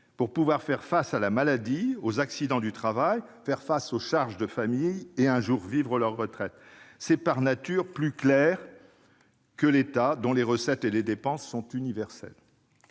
pour pouvoir faire face à la maladie, aux accidents du travail et aux charges de famille, et un jour vivre leur retraite. C'est par nature plus clair que dans le cas de l'État, dont les recettes et les dépenses sont universelles.